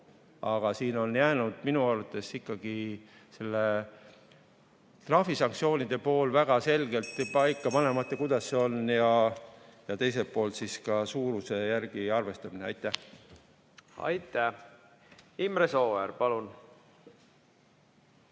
Aga siin on jäänud minu arvates ikkagi trahvisanktsioonide pool selgelt paika panemata, et kuidas see on, ja teiselt poolt ka see suuruse järgi arvestamine. Aitäh! Aitäh! Imre Sooäär, palun!